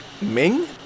Ming